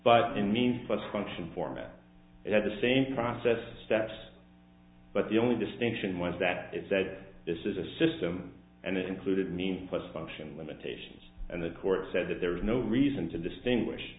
but in mean function format it had the same process steps but the only distinction was that it said this is a system and it included mean plus function limitations and the court said that there was no reason to distinguish